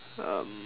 um